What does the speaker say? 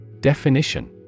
Definition